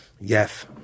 Yes